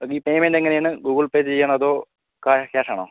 അപ്പം ഈ പേയ്മെൻറ്റ് എങ്ങനെയാണ് ഗൂഗിൾ പേ ചെയ്യുവാണോ അതോ കാ ക്യാഷ് ആണോ